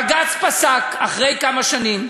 בג"ץ פסק אחרי כמה שנים,